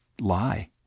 lie